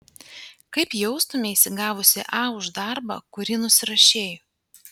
kaip jaustumeisi gavusi a už darbą kurį nusirašei